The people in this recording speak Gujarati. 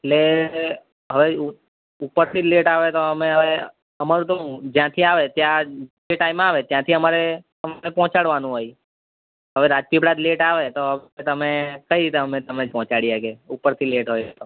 એટલે હવે ઉપરથી લેટ આવે તો અમે અમારું તો જ્યાંથી આવે ત્યાં જે ટાઈમ આવે ત્યાંથી અમારે તમને પહોચાડવાનું હોય હવે રાજપીપળા જ લેટ આવે તો તમે કેવી રીતે પહોંચાડી શકીએ ઉપરથી લેટ હોય તો